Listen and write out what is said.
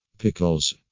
Pickles